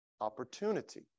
opportunity